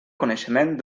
coneixement